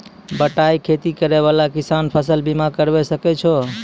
बटाई खेती करै वाला किसान फ़सल बीमा करबै सकै छौ?